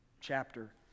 chapter